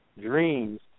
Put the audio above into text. dreams